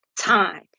time